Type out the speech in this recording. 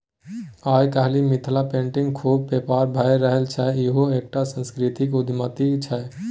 आय काल्हि मिथिला पेटिंगक खुब बेपार भए रहल छै इहो एकटा सांस्कृतिक उद्यमिता छै